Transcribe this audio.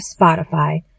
Spotify